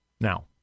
Now